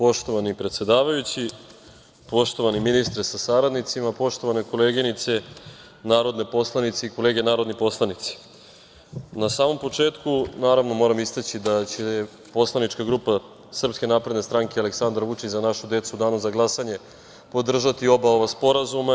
Poštovani predsedavajući, poštovani ministre sa saradnicima, poštovane koleginice narodni poslanici i kolege narodni poslanici, na samom početku naravno moram istaći da će poslanička grupa Srpske napredne stranke Aleksandar Vučić – Za našu decu u danu za glasanje podržati oba ova sporazuma.